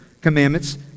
commandments